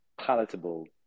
palatable